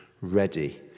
ready